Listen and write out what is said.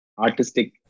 artistic